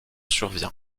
survient